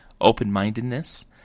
open-mindedness